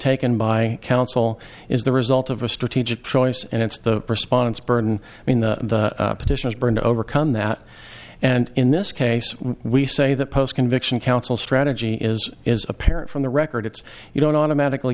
taken by counsel is the result of a strategic choice and it's the response burden i mean the petitioners bring to overcome that and in this case we say that post conviction counsel strategy is is apparent from the record it's you don't automatically